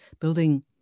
building